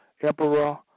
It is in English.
Emperor